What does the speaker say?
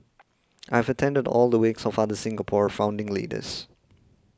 I have attended all the wakes of other Singapore founding leaders